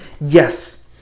Yes